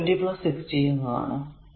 അത് 20 2515 20 60 എന്നതാണ്